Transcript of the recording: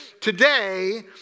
today